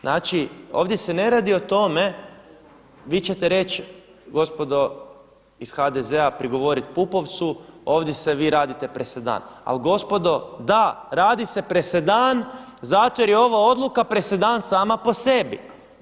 Znači ovdje se ne radi o tome vi ćete reći gospodo iz HDZ-a prigovorit Pupovcu, ovdje se vi radite presedan, ali gospodo da radi se presedan zato jer je ova odluka presedan sama po sebi.